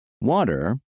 Water